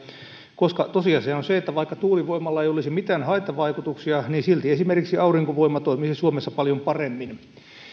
koska tosiasia on se että vaikka tuulivoimalla ei olisi mitään haittavaikutuksia niin silti esimerkiksi aurinkovoima toimisi suomessa paljon paremmin